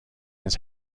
his